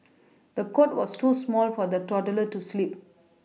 the cot was too small for the toddler to sleep